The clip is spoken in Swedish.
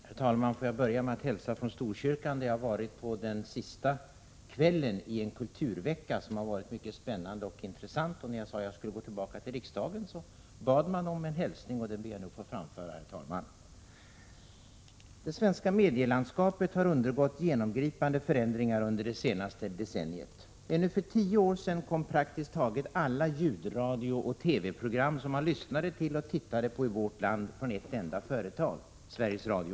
Herr talman! Får jag börja med att hälsa från Storkyrkan, där jag varit på den sista kvällen i en kulturvecka som har varit mycket spännande och intressant. När jag sade att jag skall gå tillbaka till riksdagen bad man om en hälsning, och den ber jag nu att få framföra, herr talman. Det svenska medielandskapet har undergått genomgripande förändringar under det senaste decenniet. Ännu för tio år sedan kom praktiskt taget alla ljudradiooch TV-program som man lyssnade till och tittade på i vårt land från ett enda företag, Sveriges Radio.